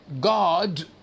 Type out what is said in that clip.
God